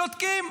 שותקים.